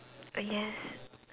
ah yes